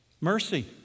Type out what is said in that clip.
mercy